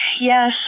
Yes